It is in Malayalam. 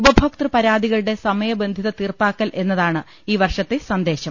ഉപഭോക്തൃ പരാതികളുടെ സമയബന്ധിത തീർപ്പാക്കൽ എന്ന താണ് ഈ വർഷത്തെ സന്ദേശം